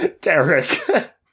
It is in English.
Derek